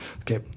Okay